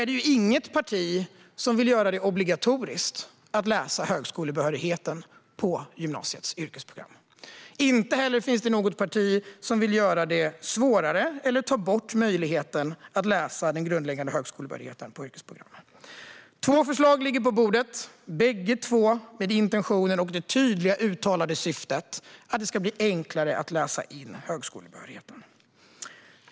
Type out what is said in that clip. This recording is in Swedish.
Det är inget parti som vill göra det obligatoriskt att läsa in högskolebehörigheten på gymnasiets yrkesprogram. Inte heller finns det något parti som vill göra det svårare eller ta bort möjligheten att läsa in den grundläggande högskolebehörigheten på yrkesprogrammen. Två förslag ligger på bordet. Bägge har intentionen och det tydligt uttalade syftet att det ska bli enklare att läsa in högskolebehörigheten.